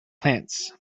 plants